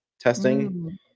testing